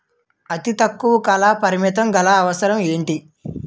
అతి తక్కువ కాల పరిమితి గల అవసరం ఏంటి